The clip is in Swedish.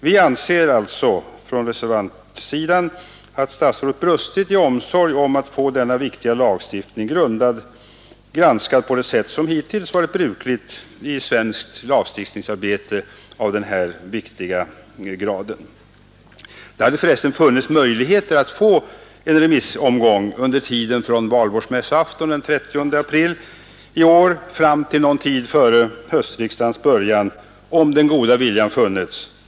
Vi anser alltså på reservantsidan att statsrådet brustit i omsorg om att få denna viktiga lagstiftning granskad på det sätt som hittills har varit brukligt i svenskt lagstiftningsarbete av denna angelägenhetsgrad. Det hade för resten funnits möjligheter att få en remissomgång från valborgsmässoafton den 30 april i år fram till någon tid före höstriksdagens början, om den goda viljan funnits.